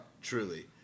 Truly